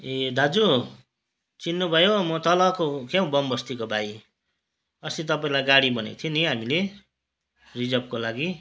ए दाजु चिन्नुभयो म तलको क्या हौ बमबस्तीको भाइ अस्ति तपाईँलाई गाडी भनेको थियो नि हामीले रिजर्भको लागि